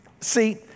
see